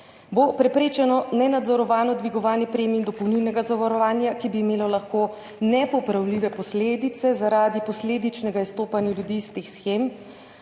bo preprečeno nenadzorovano dvigovanje premij in dopolnilnega zavarovanja, ki bi lahko imelo nepopravljive posledice zaradi posledičnega izstopanja ljudi iz teh shem,